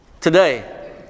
today